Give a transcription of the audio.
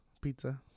pizza